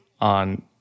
on